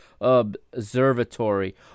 Observatory